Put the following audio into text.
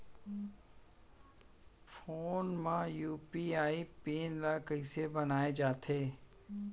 Phone म UPI PIN ल कइसे बनाये जाथे?